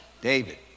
David